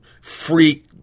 freak